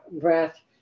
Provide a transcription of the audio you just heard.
breath